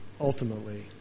ultimately